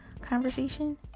conversation